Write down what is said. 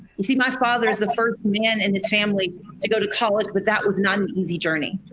you see my father is the first man in his family to go to college with that was not an easy journey.